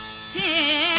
see